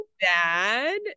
dad